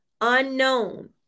unknown